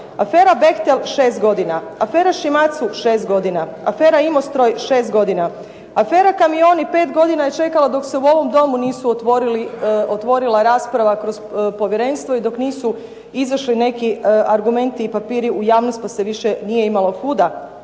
afera "Behtlel" šest godina, afera "Shimatzu" šest godina, afera "Imostroj" šest godina, afera "Kamioni" pet godina je čekalo dok se u ovom Domu nije otvorila rasprava kroz povjerenstvo i dok nisu izašli neki argumenti i papiri u javnost, pa se više nije imalo kuda.